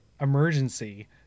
emergency